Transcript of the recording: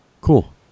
Cool